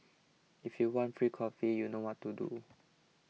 if you want free coffee you know what to do